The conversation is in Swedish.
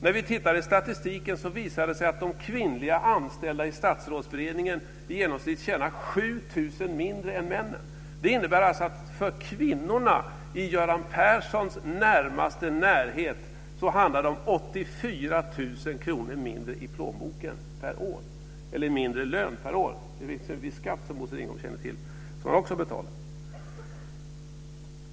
När vi tittar i statistiken ser vi att de kvinnliga anställda i Statsrådsberedningen i genomsnitt tjänar 7 000 kr mindre än männen. Det innebär alltså att det för kvinnorna i Göran Perssons närmaste närhet handlar om 84 000 kr mindre per år i plånboken - eller i lön. Man betalar ju en viss skatt också, som Bosse Ringholm känner till.